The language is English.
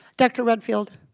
dr. redfield,